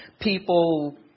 people